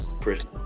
prison